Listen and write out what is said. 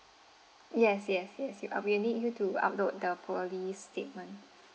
yes yes yes you up~ we need you to upload the police statement